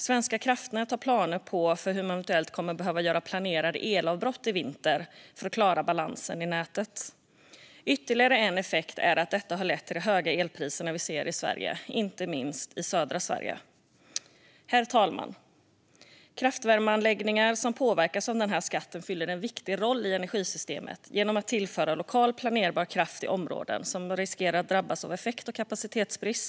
Svenska kraftnät planerar för att eventuellt göra planerade elavbrott i vinter för att klara balansen i nätet. Ytterligare en effekt är att detta har lett till de höga elpriser vi ser i Sverige, inte minst i södra Sverige. Herr talman! Kraftvärmeanläggningar, som påverkas av den här skatten, fyller en viktig roll för energisystemet genom att tillföra lokal planerbar kraft i områden som riskerar att drabbas av effekt och kapacitetsbrist.